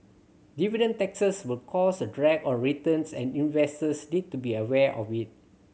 dividend taxes will cause a drag on returns and investors need to be aware of it